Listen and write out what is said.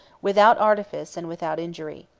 without artifice and without injury.